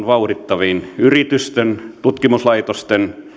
vauhdittaviin yritysten tutkimuslaitosten